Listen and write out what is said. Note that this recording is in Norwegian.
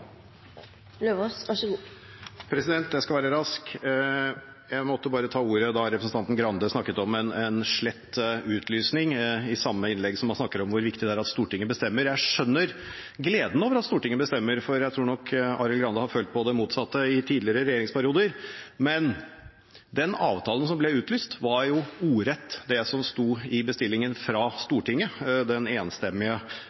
ikke kommet så langt som man skulle ønske, men vi slutter oss til det fordi vi ikke har mer tid å miste. Jeg skal være rask. Jeg måtte bare ta ordet, da representanten Grande snakker om en slett utlysning i samme innlegg som han snakker om hvor viktig det er at Stortinget bestemmer. Jeg skjønner gleden over at Stortinget bestemmer, for jeg tror nok Arild Grande har følt på det motsatte i tidligere regjeringsperioder, men den avtalen som ble utlyst, var jo